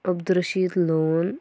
Abdul Rashid لون